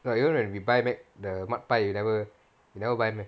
even when we buy back the mudpie you never you never buy meh